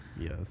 Yes